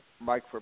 Mike